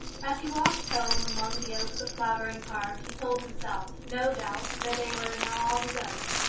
as he walked home among the oaks of clavering park, he told himself, no doubt, that they were now all his own.